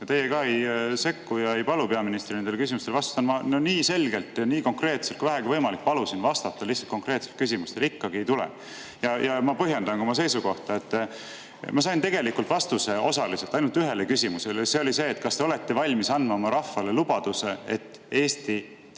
teie ka ei sekku ega palu peaministril nendele küsimustele vastata. Ma nii selgelt ja nii konkreetselt kui vähegi võimalik palusin vastata lihtsalt konkreetsetele küsimustele ja ikkagi [vastust] ei tule. Ma põhjendan ka oma seisukohta. Ma sain vastuse osaliselt ainult ühele küsimusele. See oli see: kas te olete valmis andma oma rahvale lubaduse, et Eesti Kaitseväge